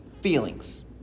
feelings